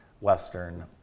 Western